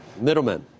Middlemen